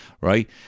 Right